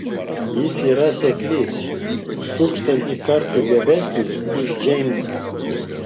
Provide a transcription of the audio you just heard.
jis yra seklys tūkstantį kartų gabesnis už džeimsą